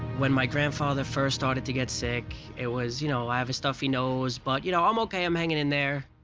when my grandfather first started to get sick, it was, you know, i have a stuffy nose, but, you know, i'm okay, i'm hanging in there.